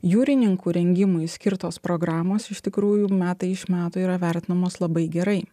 jūrininkų rengimui skirtos programos iš tikrųjų metai iš metų yra vertinamos labai gerai